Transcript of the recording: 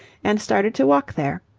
and started to walk there,